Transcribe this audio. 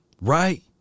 Right